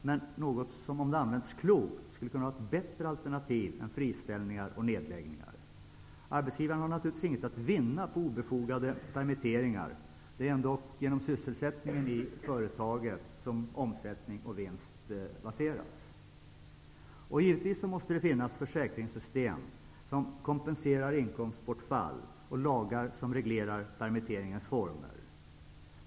Men om det används klokt skulle det kunna vara ett bättre alternativ än friställningar och nedläggningar. Arbetsgivarna har naturligtvis inget att vinna på obefogade permitteringar. Det är ändock på sysselsättningen i företagen som omsättning och vinst baseras. Givetvis måste det finnas försäkringssystem som kompenserar inkomstbortfall och lagar som reglerar permitteringens former.